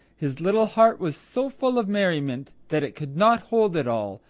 his little heart was so full of merriment that it could not hold it all,